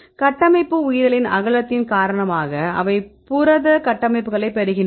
கட்டமைப்பு உயிரியலின் அகலத்தின் காரணமாக அவை புரத கட்டமைப்புகளைப் பெறுகின்றன